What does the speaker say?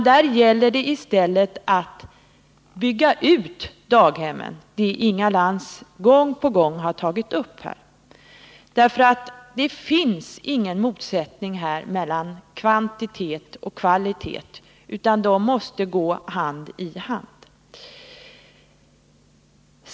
Där gäller det i stället att bygga ut daghemmen, något som Inga Lantz gång på gång här har tagit upp. Här finns ingen motsättning mellan kvantitet och kvalitet, utan dessa måste gå hand i hand.